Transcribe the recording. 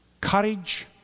courage